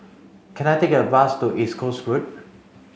can I take a bus to East Coast Road